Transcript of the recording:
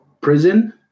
Prison